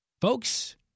Folks